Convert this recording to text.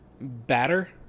Batter